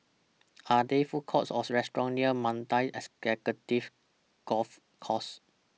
Are There Food Courts Or restaurants near Mandai Executive Golf Course